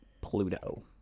Pluto